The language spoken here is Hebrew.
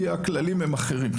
כי הכללים הם אחרים,